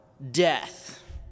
death